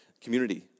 community